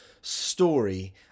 story